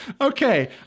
Okay